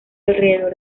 alrededor